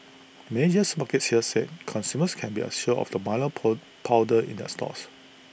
major supermarkets here said consumers can be assured of the milo po powder in their stores